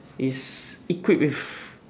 is equipped with